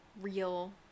real